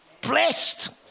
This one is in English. Blessed